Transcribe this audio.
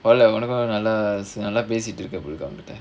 well I want to go another நல்லா பேசிட்டு:nallaa pesittu